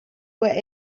were